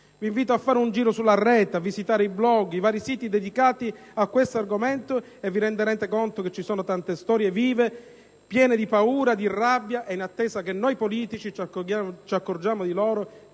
Vi invito a fare un giro sulla rete, a visitare i *blog* ed i vari siti dedicati a questo argomento: vi renderete conto che ci sono tante storie vive, piene di paura e rabbia, in attesa che noi politici ci accorgiamo di loro e dialoghiamo